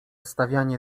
stawianie